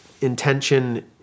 intention